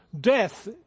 death